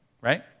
right